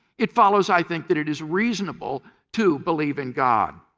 it follows, i think, that it is reasonable to believe in god.